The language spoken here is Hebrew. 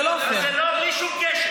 זה לא פייר.